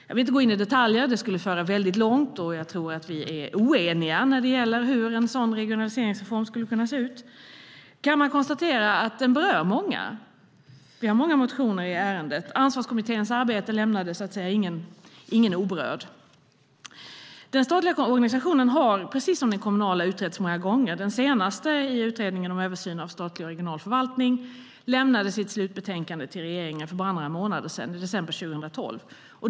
Jag vill inte gå in i detaljer; det skulle föra väldigt långt, och jag tror att vi är oeniga när det gäller hur en sådan regionaliseringsreform skulle kunna se ut. Jag kan bara konstatera att den berör många. Vi har många motioner i ärendet. Ansvarskommitténs arbete lämnade så att säga ingen oberörd. Den statliga organisationen har precis som den kommunala utretts många gånger. Den senaste utredningen, Utredningen om översyn av statlig och regional förvaltning, lämnade sitt slutbetänkande till regeringen för bara några månader sedan, i december 2012.